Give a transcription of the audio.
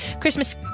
Christmas